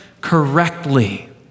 correctly